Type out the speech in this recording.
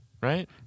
Right